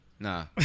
Nah